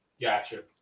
Gotcha